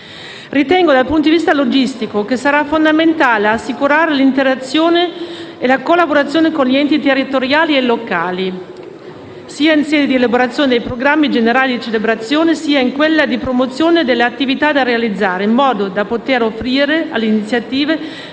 Ritengo, dal punto di vista logistico, che sarà fondamentale assicurare l'interazione e la collaborazione con gli enti territoriali e locali, sia in sede di elaborazione dei programmi generali di celebrazione, sia in quella di promozione delle attività da realizzare, in modo da poter offrire alle iniziative